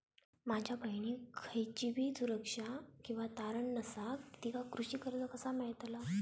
माझ्या बहिणीक खयचीबी सुरक्षा किंवा तारण नसा तिका कृषी कर्ज कसा मेळतल?